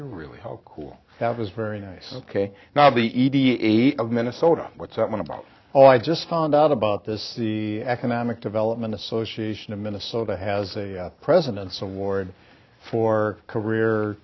you really how cool that was very nice ok now the e d eight of minnesota what's that one about oh i just found out about this the economic development association of minnesota has the president's award for career